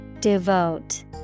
Devote